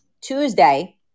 Tuesday